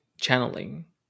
channeling